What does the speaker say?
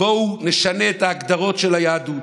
בואו נשנה את ההגדרות של היהדות,